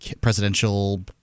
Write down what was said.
presidential